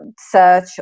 search